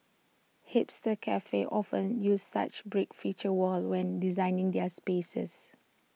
hipster cafes often use such brick feature walls when designing their spaces